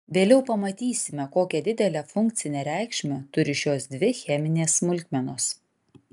vėliau pamatysime kokią didelę funkcinę reikšmę turi šios dvi cheminės smulkmenos